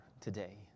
today